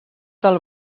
del